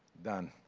done.